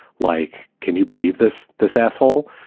like, can you believe this, this asshole?